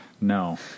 no